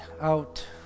out